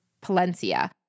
Palencia